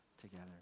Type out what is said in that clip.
together